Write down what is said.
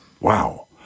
Wow